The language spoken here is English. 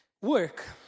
work